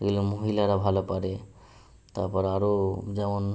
এগুলো মহিলারা ভালো পারে তারপর আরও যেমন